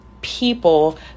people